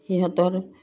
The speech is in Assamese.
সিহঁতৰ